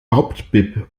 hauptbib